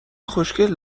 خوشکل